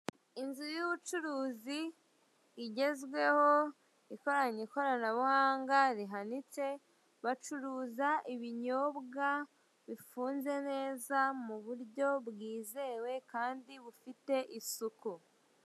Inzu y'ubucuruzi igezweho ikoranye ikoranabuhanga rihanitse, bacuruza ibinyobwa bifunze neza muburyo bwizewe kandi bufite isuku.